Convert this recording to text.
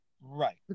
Right